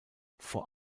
vor